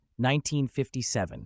1957